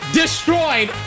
destroyed